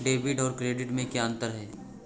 Debit और credit में क्या अंतर है?